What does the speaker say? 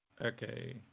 Okay